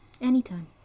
Anytime